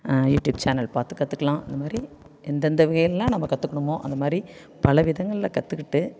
YouTube channel பார்த்துக் கற்றுக்கலாம் இந்தமாதிரி எந்தெந்த வேலைல்லாம் நம்ம கற்றுக்கணுமோ அந்தமாதிரி பலவிதங்கள்ல கற்றுக்கிட்டு